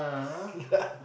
like